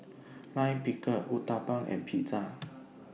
Lime Pickle Uthapam and Pizza